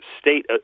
state